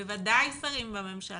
בוודאי שרים בממשלה,